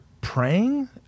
praying